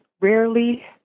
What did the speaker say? rarely